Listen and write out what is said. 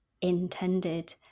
intended